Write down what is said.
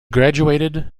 graduated